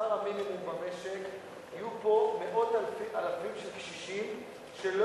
לשכר המינימום במשק יהיו פה מאות אלפים של קשישים שלא